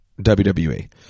WWE